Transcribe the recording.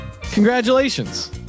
Congratulations